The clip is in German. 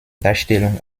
darstellung